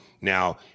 Now